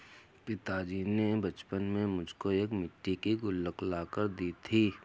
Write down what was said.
पिताजी ने बचपन में मुझको एक मिट्टी की गुल्लक ला कर दी थी